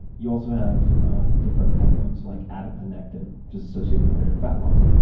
you also have ah different hormones like adenapectin, which is associated with greater fat loss,